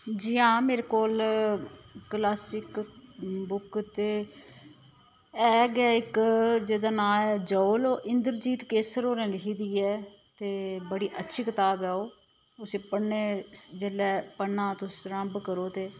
जियां मेरे कोल क्लासिक बुक ते ऐ गै इक जेह्दा नांऽ ऐ जौल ओह् इंदरजीत केसर होरें लिखी दी ऐ ते बड़ी अच्छी कताब ऐ ओह् उसी पढ़ने जेल्लै पढ़ना रम्भ करो ते